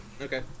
Okay